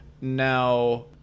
Now